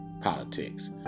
politics